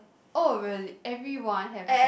oh really everyone have